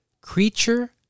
Creature